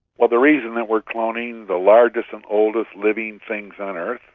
well, the reason that we are cloning the largest and oldest living things on earth,